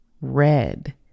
red